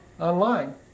online